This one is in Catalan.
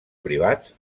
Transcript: privats